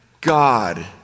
God